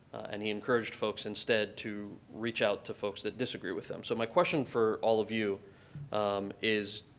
and he encouraged folks instead to reach out to folks that disagree with them. so my question for all of you is,